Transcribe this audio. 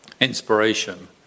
Inspiration